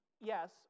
Yes